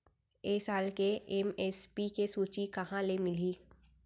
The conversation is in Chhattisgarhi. ए साल के एम.एस.पी के सूची कहाँ ले मिलही?